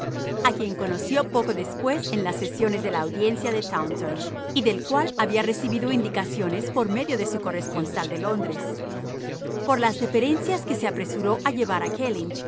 a quien conoció poco después en las sesiones de la audiencia de taunton y del cual había recibido indicaciones por medio de su corresponsal de londres por las referencias que se apresuró a llevar